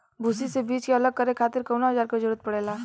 भूसी से बीज के अलग करे खातिर कउना औजार क जरूरत पड़ेला?